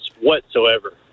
whatsoever